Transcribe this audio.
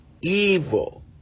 evil